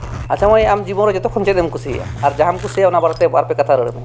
ᱟᱪᱪᱷᱟ ᱢᱟᱹᱭ ᱟᱢ ᱡᱤᱵᱚᱱ ᱨᱮ ᱡᱷᱚᱛᱚ ᱠᱷᱚᱱ ᱪᱮᱫ ᱮᱢ ᱠᱩᱥᱤᱭᱟᱜᱼᱟ ᱟᱨ ᱡᱟᱦᱟᱢ ᱠᱩᱥᱤᱭᱟᱜᱼᱟ ᱚᱱᱟ ᱵᱟᱨᱮᱛᱮ ᱵᱟᱨᱯᱮ ᱠᱟᱛᱷᱟ ᱨᱚᱲᱢᱮ